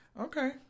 Okay